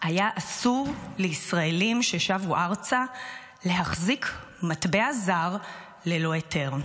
היה אסור לישראלים ששבו ארצה להחזיק מטבע זר ללא היתר.